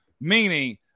meaning